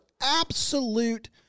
absolute